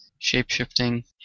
shapeshifting